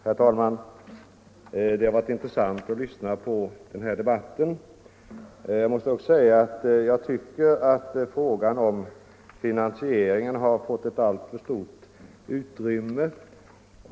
Herr talman! Det har varit intressant att lyssna på den här debatten. Jag tycker dock att frågan om finansieringen har fått ett alltför stort utrymme.